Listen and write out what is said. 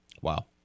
Wow